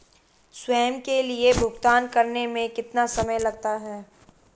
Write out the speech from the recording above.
स्वयं के लिए भुगतान करने में कितना समय लगता है?